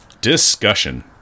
Discussion